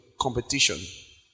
competition